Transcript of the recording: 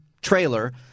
trailer